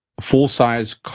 full-size